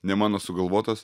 ne mano sugalvotas